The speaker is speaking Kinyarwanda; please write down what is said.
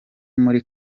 muri